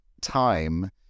time